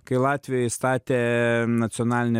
kai latvijoj statė nacionalinę